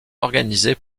organisées